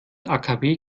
akw